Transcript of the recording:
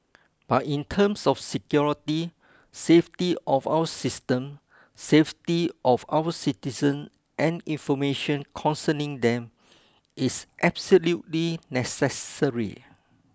but in terms of security safety of our system safety of our citizen and information concerning them it's absolutely necessary